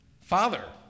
Father